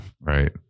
right